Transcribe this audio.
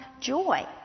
joy